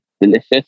delicious